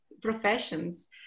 professions